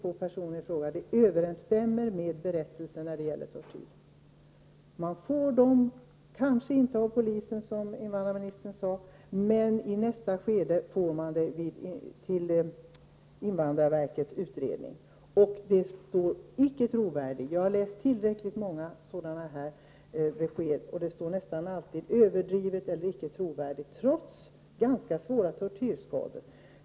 Men det som vi kan se hos en person överensstämmer med den redogörelse som skrivits när det gäller tortyr. Man får kanske inte dessa uppgifter av polisen, som invandrarministern sade, men väl i ett senare skede i invandrarverkets utredning. Men då står det, som sagt, ”icke trovärdigt”. Jag har läst tillräckligt många sådana besked för att veta vad jag talar om. Det står nämligen nästan alltid ”överdrivet” eller ”icke trovärdigt”, trots att ganska svåra tortyrskador kan påvisas.